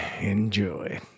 Enjoy